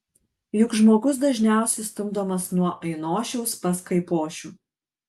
juk žmogus dažniausiai stumdomas nuo ainošiaus pas kaipošių